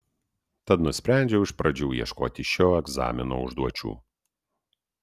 tad nusprendžiau iš pradžių ieškoti šio egzamino užduočių